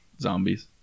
Zombies